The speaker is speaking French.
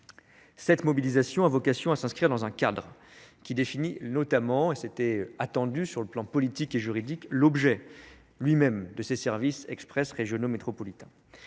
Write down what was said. Cette mobilisation a vocation à s'inscrire dans un cadre qui définit notamment et c'était attendu, sur le plan politique et juridique l'objet lui même de ces services express régionaux métropolitains